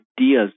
ideas